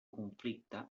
conflicte